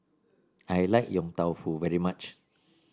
I like Yong Tau Foo very much